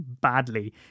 badly